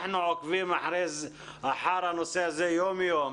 אנחנו עוקבים אחר הנושא הזה יום יום.